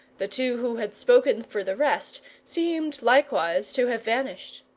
the two who had spoken for the rest seemed likewise to have vanished.